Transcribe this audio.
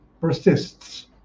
persists